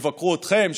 שיבקרו אתכם,